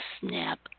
snap